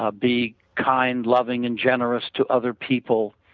ah be kind, loving and generous to other people.